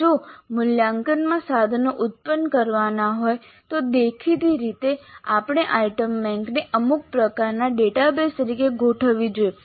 જો મૂલ્યાંકનનાં સાધનો ઉત્પન્ન કરવાનાં હોય તો દેખીતી રીતે આપણે આઇટમ બેંકને અમુક પ્રકારના ડેટાબેઝ તરીકે ગોઠવવી જોઈએ